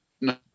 No